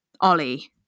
Ollie